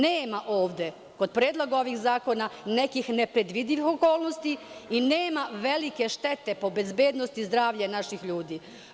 Nema ovde kod predloga ovih zakona nekih nepredvidivih okolnosti i nema velike štete po bezbednost i zdravlje naših ljudi.